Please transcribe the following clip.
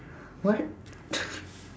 what